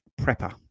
Prepper